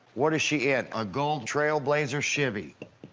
what is she in? a gold trailblazer chevy.